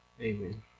Amen